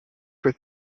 for